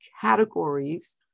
categories